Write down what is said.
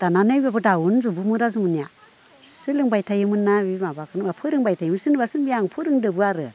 दानानैब्लाबो दाउनजोबोमोन आरो जोंनिया सोलोंबाय थायोमोन ना बे माबाखो माबा फोरोंबाय थायोमोन सोरनिबा सोरनिबि फोरोंबाय आं फोरोंदोबो आरो